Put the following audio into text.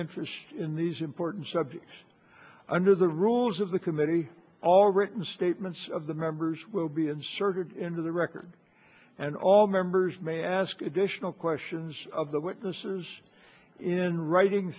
interest in these important subjects under the rules of the committee all written statements of the members will be inserted into the record and all members may ask additional questions of the witnesses in writing